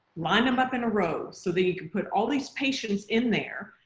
line them up in a row so that you can put all these patients in there.